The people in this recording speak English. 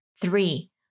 Three